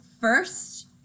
first